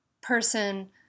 person